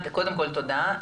קודם כל תודה.